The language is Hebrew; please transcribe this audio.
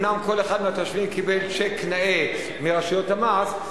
אומנם כל אחד מהתושבים קיבל צ'ק נאה מרשויות המס,